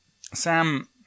Sam